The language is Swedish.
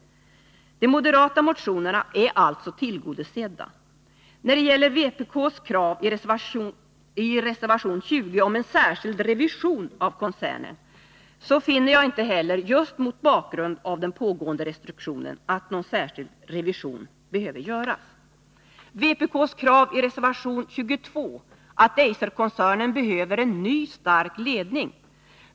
De moderata motionerna är alltså tillgodosedda. När det gäller vpk:s krav i reservation 20 om en särskild revision av koncernen finner jag inte heller — just mot bakgrund av den pågående rekonstruktionen — att någon särskild revision behöver göras. Vpk:s krav i reservation 22 är att Eiserkoncernen behöver en ny stark ledning.